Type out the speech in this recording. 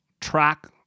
track